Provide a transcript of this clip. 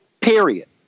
period